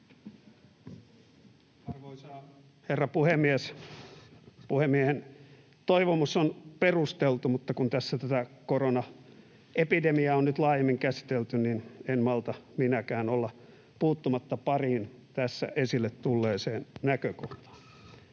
Arvoisa herra puhemies! Puhemiehen toivomus on perusteltu, mutta kun tässä tätä koronaepidemiaa on nyt laajemmin käsitelty, niin en malta minäkään olla puuttumatta pariin tässä esille tulleeseen näkökohtaan.